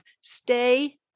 stay